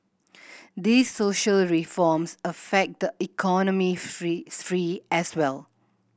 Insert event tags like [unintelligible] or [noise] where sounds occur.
these social reforms affect the economic [unintelligible] sphere as well